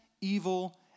evil